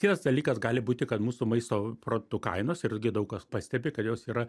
kitas dalykas gali būti kad mūsų maisto produktų kainos irgi daug kas pastebi kad jos yra